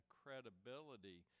credibility